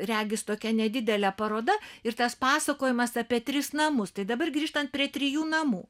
regis tokia nedidelė paroda ir tas pasakojimas apie tris namus tai dabar grįžtant prie trijų namų